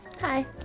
Hi